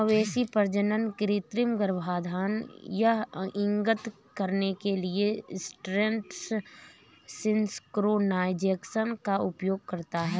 मवेशी प्रजनन कृत्रिम गर्भाधान यह इंगित करने के लिए एस्ट्रस सिंक्रोनाइज़ेशन का उपयोग करता है